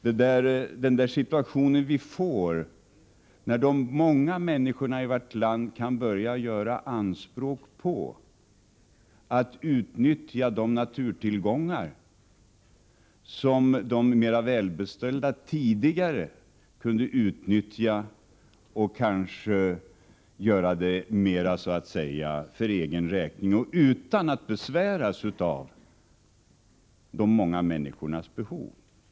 Jag talade om den situation som vi får när de många människorna i vårt land kan börja göra anspråk på att få utnyttja de naturtillgångar som de mera välbestälda tidigare kunde utnyttja för egen räkning och utan att besväras av de många människornas behov.